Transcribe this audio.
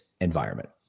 environment